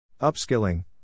Upskilling